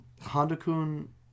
Honda-kun